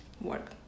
work